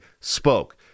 spoke